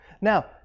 Now